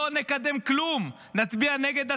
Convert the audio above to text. לא נקדם כלום, נצביע נגד התקציב,